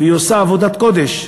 והיא עושה עבודת קודש.